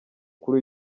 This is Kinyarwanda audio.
kuri